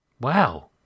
wow